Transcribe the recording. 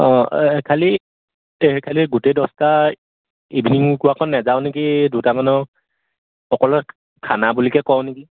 অঁ খালী খালী গোটেই দহটা ইভিনিং ৱাকত নাযাওঁ নেকি দুটামানক অকল খানা বুলিকে কওঁ নেকি